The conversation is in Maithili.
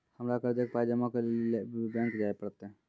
हमरा कर्जक पाय जमा करै लेली लेल बैंक जाए परतै?